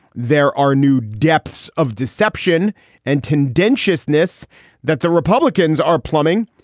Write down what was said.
there are new depths of deception and tendentious ness that the republicans are plumbing.